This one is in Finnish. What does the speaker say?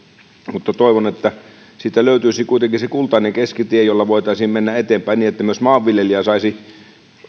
mutta toivon että siitä löytyisi kuitenkin se kultainen keskitie jolla voitaisiin mennä eteenpäin niin että myös maanviljelijä saisi